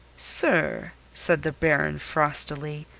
sir, said the baron frostily,